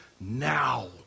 now